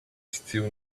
still